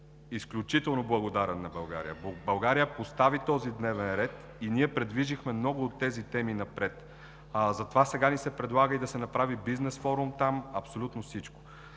изключително е благодарен на България. България постави този дневен ред и ние придвижихме много от тези теми напред. Затова сега ни се предлага да се направи бизнес форум там, абсолютно всичко.